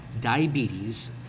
Diabetes